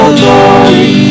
glory